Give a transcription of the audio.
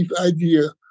idea